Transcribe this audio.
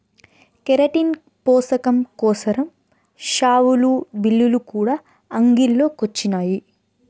keratin పోసకం కోసరం షావులు, బిల్లులు కూడా అంగిల్లో కొచ్చినాయి